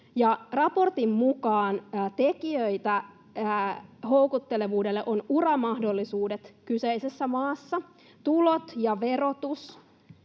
Raportin mukaan tekijöitä houkuttelevuudelle ovat uramahdollisuudet kyseisessä maassa, tulot ja verotus,